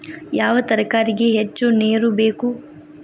ಯಾವ ತರಕಾರಿಗೆ ಹೆಚ್ಚು ನೇರು ಬೇಕು?